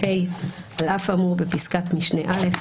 "(ה)על אף האמור בפסקת משנה (א),